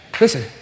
Listen